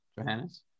Johannes